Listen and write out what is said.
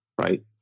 right